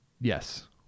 Yes